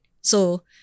So-